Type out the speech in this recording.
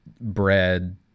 bread